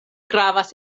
gravas